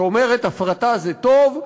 שאומרת: הפרטה זה טוב,